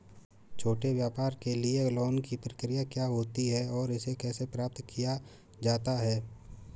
छोटे व्यापार के लिए लोंन की क्या प्रक्रिया होती है और इसे कैसे प्राप्त किया जाता है?